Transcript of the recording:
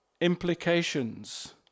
implications